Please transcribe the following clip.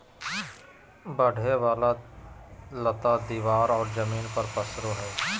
बढ़े वाला लता दीवार और जमीन पर पसरो हइ